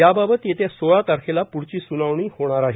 याबाबत येत्या सोळा तारखेला पुढची सुनावणी होणार आहे